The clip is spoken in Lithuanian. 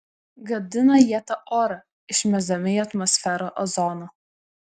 gadina jie tą orą išmesdami į atmosferą ozoną